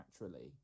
naturally